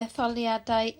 etholiadau